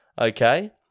Okay